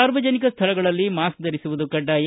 ಸಾರ್ವಜನಿಕ ಸ್ಥಳಗಳಲ್ಲಿ ಮಾಸ್ಕ್ ಧರಿಸುವುದು ಕಡ್ಡಾಯ